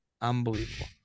Unbelievable